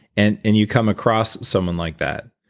and and you come across someone like that,